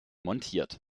montiert